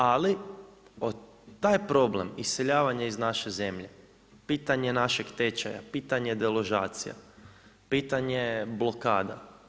Ali taj problem iseljavanja iz naše zemlje pitanje je našeg tečaja, pitanje je deložacija, pitanje je blokada.